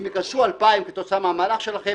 אם ייכנסו 2,000 כתוצאה מהמהלך שלכם,